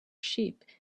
sheep